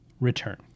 return